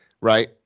right